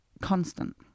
constant